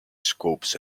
scopes